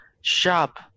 shop